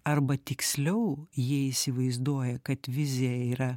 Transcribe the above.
arba tiksliau jie įsivaizduoja kad vizija yra